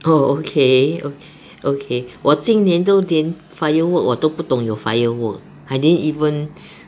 oh okay okay 我今年都连 firework 我都不懂有 firework I didn't even